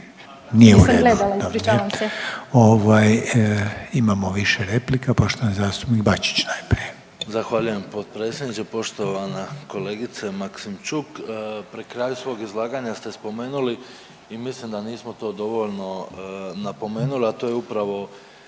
nije u redu.